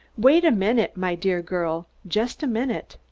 wait a minute, my dear girl just a minute.